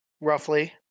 roughly